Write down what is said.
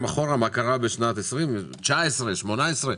אחורה מה קרה בשנת 2020 ובשנים 2019 ו-2018.